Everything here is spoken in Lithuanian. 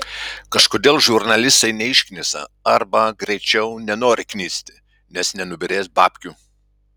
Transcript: kažkodėl žurnalistai neišknisa arba greičiau nenori knisti nes nenubyrės babkių